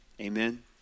Amen